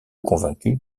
convaincu